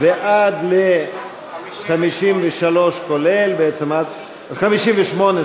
עד 58,